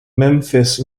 memphis